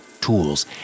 tools